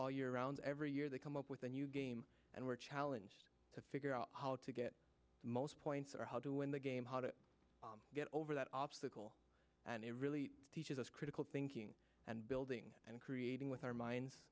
all year round every year they come up with a new game and we're challenge to figure out how to get the most points or how to win the game how to get over that obstacle and it really teaches us critical thinking and building and creating with our minds